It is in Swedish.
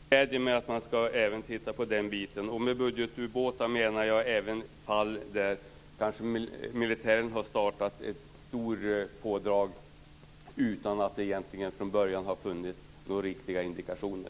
Herr talman! Det är bra att man även ska titta på den biten. Med budgetubåtar menar jag även fall där militären har startat ett stort pådrag utan att det egentligen från början har funnits några riktiga indikationer.